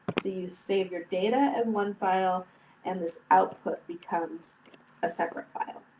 so, you save your data as one file and this output becomes a separate file.